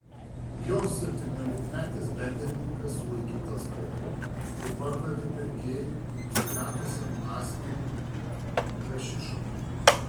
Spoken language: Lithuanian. jo septyniolikmetis bendrininkas sulaikytas po to kai pardavė pirkėju apsimetusiam asmeniui hašišo